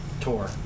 tour